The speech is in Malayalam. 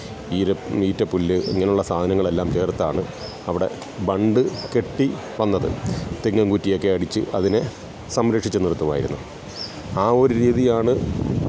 ഈറ്റപ്പുല്ല് ഇങ്ങനെയുള്ള സാധനങ്ങളെല്ലാം ചേർത്താണ് അവിടെ ബണ്ട് കെട്ടിവന്നത് തെങ്ങും കുറ്റിയൊക്കെ അടിച്ച് അതിനെ സംരക്ഷിച്ചു നിർത്തുമായിരുന്നു ആ ഒരു രീതിയാണ്